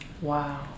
wow